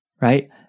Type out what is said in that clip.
Right